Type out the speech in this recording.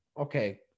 Okay